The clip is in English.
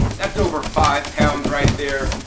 that's over five pounds right there,